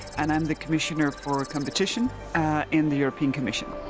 and i'm the commissioner for a competition in the european commission